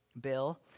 Bill